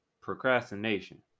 procrastination